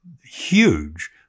huge